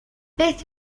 beth